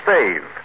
Save